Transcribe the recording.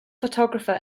photographer